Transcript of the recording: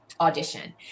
audition